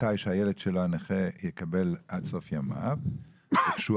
שהילד שלו הנכה יקבל עד סוף ימיו וכשהוא